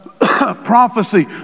Prophecy